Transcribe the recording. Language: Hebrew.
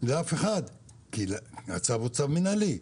לאף אחד כי הצו הוא צו מינהלי.